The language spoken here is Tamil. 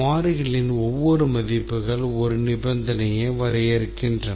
மாறிகளின் ஒவ்வொரு மதிப்புகள் ஒரு நிபந்தனையை வரையறுக்கின்றன